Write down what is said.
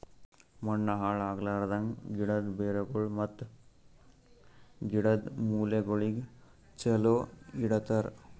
ಮಣ್ಣ ಹಾಳ್ ಆಗ್ಲಾರ್ದಂಗ್, ಗಿಡದ್ ಬೇರಗೊಳ್ ಮತ್ತ ಗಿಡದ್ ಮೂಲೆಗೊಳಿಗ್ ಚಲೋ ಇಡತರ್